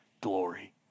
glory